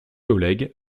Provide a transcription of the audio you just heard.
oleg